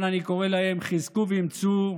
מכאן אני קורא להם: חזקו ואמצו,